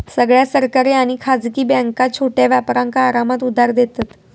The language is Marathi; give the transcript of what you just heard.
सगळ्या सरकारी आणि खासगी बॅन्का छोट्या व्यापारांका आरामात उधार देतत